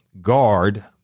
guard